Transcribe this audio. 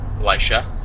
Elisha